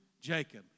Jacob